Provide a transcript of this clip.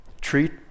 treat